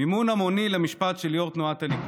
מימון המוני למשפט של יו"ר תנועת הליכוד,